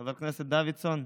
חבר הכנסת דוידסון,